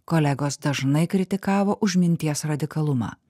kolegos dažnai kritikavo už minties radikalumą